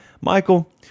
Michael